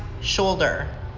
shoulder